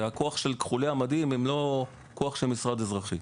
הכוח של כחולי המדים הם לא כוח של משרד אזרחי.